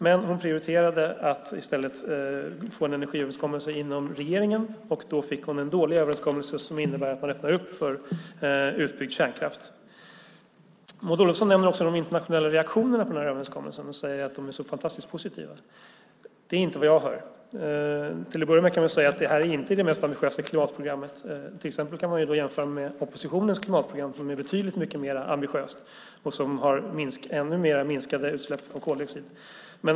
Men hon prioriterade att i stället få en energiöverenskommelse inom regeringen. Då fick hon en dålig överenskommelse som innebär att man öppnar för utbyggd kärnkraft. Maud Olofsson nämner också de internationella reaktionerna på denna överenskommelse och säger att de är så fantastiskt positiva. Det är inte vad jag hör. Till att börja med kan jag säga att detta inte är det mest ambitiösa klimatprogrammet. Man kan till exempel jämföra med oppositionens klimatprogram som är betydligt mer ambitiöst och som innebär ännu mer omfattande minskningar av koldioxidutsläpp.